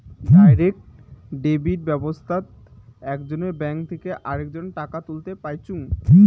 direct debit ব্যাবস্থাত একজনের bank থেকে আরেকজন টাকা তুলতে পাইচুঙ